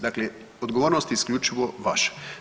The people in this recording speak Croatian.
Dakle, odgovornost je isključivo vaša.